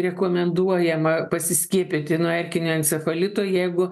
rekomenduojama pasiskiepyti nuo erkinio encefalito jeigu